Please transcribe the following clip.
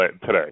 today